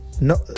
no